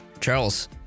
Charles